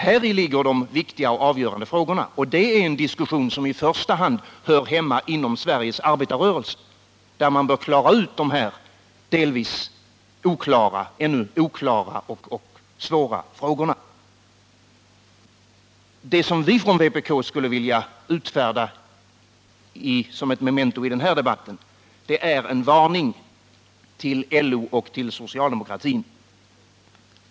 Häri ligger de viktiga och avgörande frågorna, och det är en diskussion som i första hand hör hemma inom Sveriges arbetarrörelse. Där bör man klara ut dessa delvis ännu oklara och svåra frågor. Det vi från vpk i denna debatt vill utfärda är ett memento, en varning, till LO och socialdemokraterna.